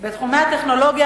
בתחומי הטכנולוגיה,